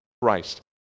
Christ